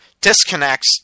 disconnects